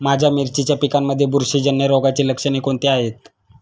माझ्या मिरचीच्या पिकांमध्ये बुरशीजन्य रोगाची लक्षणे कोणती आहेत?